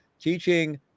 teaching